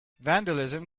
vandalism